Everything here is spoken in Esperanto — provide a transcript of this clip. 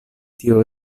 tio